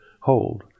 hold